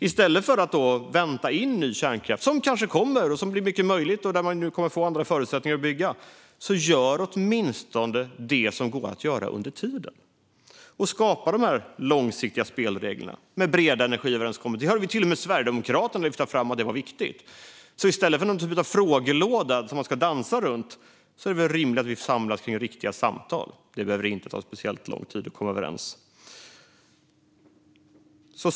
I stället för att bara vänta in ny kärnkraft, som kanske kommer när andra förutsättningar ges för att bygga den, kan man väl åtminstone göra det som går att göra under tiden och skapa långsiktiga spelregler i breda energiöverenskommelser. Detta hörde vi till och med Sverigedemokraterna lyfta fram som viktigt. I stället för en frågelåda att dansa runt är det väl rimligt att vi samlas för riktiga samtal. Det behöver inte ta speciellt lång tid att komma överens.